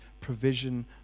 provision